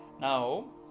now